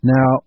Now